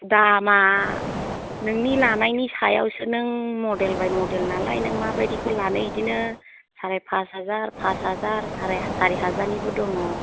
दामा नोंनि लानायनि सायावसो नों मडेल बाय मडेल नालाय नों माबायदिखौ लानो एदिनो साराय फास हाजार फास हाजार साराय सारि हाजारनिबो दङ